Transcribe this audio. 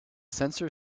sensor